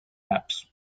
apps